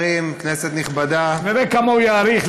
נראה כמה הוא יאריך,